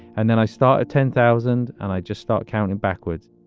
and then i start at ten thousand and i just start counting backwards